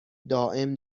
دائم